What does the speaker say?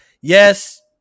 yes